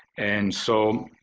and so,